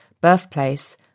birthplace